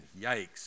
Yikes